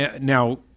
Now